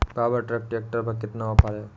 Power track tractor पर कितना offer है?